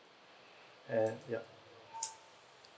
and yup